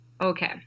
Okay